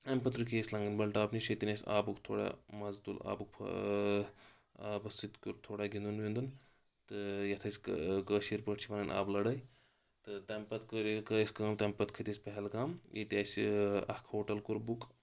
امہِ پتہٕ رُکے أسۍ لنٛگبل ٹاپ نِش ییٚتہِ آبُک تھوڑا مزٕ تُل آبُک فا اۭں آبس سۭتۍ کوٚر تھوڑا گِنٛدُن ویُںٛدُن تہٕ یتھ أسۍ کٲشِر پٲٹھۍ چھِ ونان آبہٕ لڑٲے تہٕ تمہِ پتہٕ کٔر یہِ کٔر اسہِ کٲم تمہِ پتہٕ کھٔتۍ أسۍ پہلگام ییٚتہِ اسہِ اکھ ہوٹل کوٚر بُک